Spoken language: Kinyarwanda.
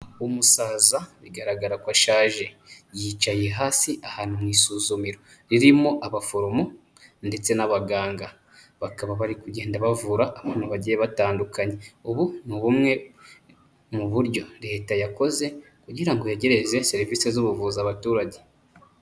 Umusaza bigaragara ko ashaje, yicaye hasi ahantu mu isuzumiro ririmo abaforomo ndetse n'abaganga, bakaba bari kugenda bavura abantu bagiye batandukanye. Ubu ni ubumwe mu buryo leta yakoze kugira ngo yegereze serivisi z'ubuvuzi abaturage.